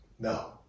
No